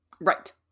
Right